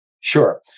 Sure